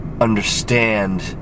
understand